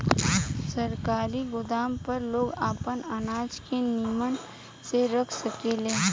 सरकारी गोदाम पर लोग आपन अनाज के निमन से रख सकेले